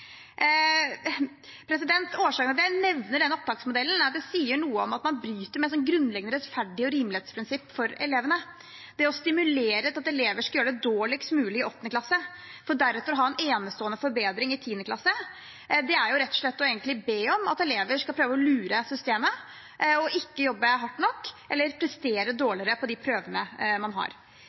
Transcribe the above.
Årsaken til at jeg nevner denne opptaksmodellen, er at det sier noe om at man bryter med et grunnleggende rettferdighets- og rimelighetsprinsipp for elevene. Det å stimulere til at elever skal gjøre det dårligst mulig i 8. klasse, for deretter å ha en enestående forbedring i 10. klasse, er rett og slett å be om at elever skal prøve å lure systemet og ikke jobbe hardt nok, eller prestere dårligere på de prøvene man har.